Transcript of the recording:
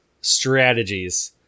strategies